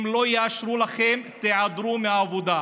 אם לא יאשרו לכם, תיעדרו מהעבודה.